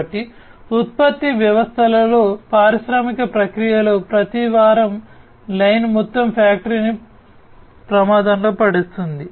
కాబట్టి ఉత్పత్తి వ్యవస్థలో పారిశ్రామిక ప్రక్రియలో ప్రతి వారం లైన్ మొత్తం ఫ్యాక్టరీని ప్రమాదంలో పడేస్తుంది